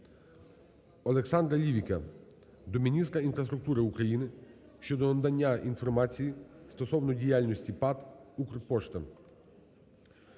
Олександра Лівіка до міністра інфраструктури України щодо надання інформації стосовно діяльності ПАТ "Укрпошта".